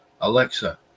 Alexa